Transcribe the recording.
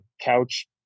couch